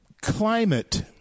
climate